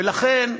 ולכן,